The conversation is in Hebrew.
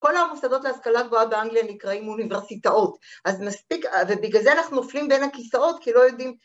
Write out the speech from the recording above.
‫כל המוסדות להשכלה גבוהה באנגליה ‫נקראים אוניברסיטאות. ‫אז מספיק, ובגלל זה אנחנו ‫נופלים בין הכיסאות כי לא יודעים...